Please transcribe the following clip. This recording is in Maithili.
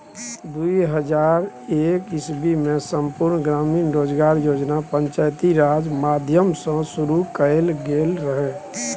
दु हजार एक इस्बीमे संपुर्ण ग्रामीण रोजगार योजना पंचायती राज माध्यमसँ शुरु कएल गेल रहय